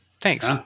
thanks